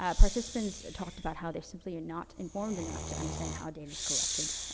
ah participants talked about how they're simply and not informed enough to understand how data is collected,